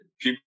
people